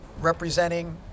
representing